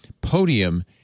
Podium